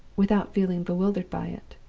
without feeling bewildered by it.